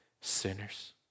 sinners